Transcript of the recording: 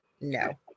No